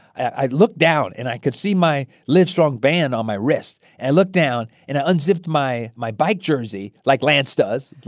i looked down, and i could see my livestrong band on my wrist. and i looked down, and i unzipped my my bike jersey, like lance does.